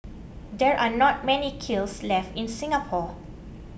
there are not many kilns left in Singapore